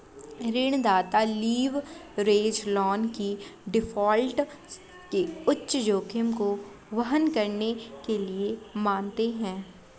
ऋणदाता leverage loan को default के उच्च जोखिम को वहन करने के लिए मानते हैं